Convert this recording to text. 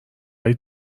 های